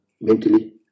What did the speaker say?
mentally